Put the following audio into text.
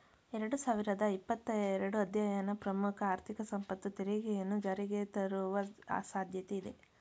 ಎರಡು ಸಾವಿರದ ಇಪ್ಪತ್ತ ಎರಡು ಅಧ್ಯಯನ ಪ್ರಮುಖ ಆರ್ಥಿಕ ಸಂಪತ್ತು ತೆರಿಗೆಯನ್ನ ಜಾರಿಗೆತರುವ ಸಾಧ್ಯತೆ ಇದೆ